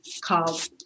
called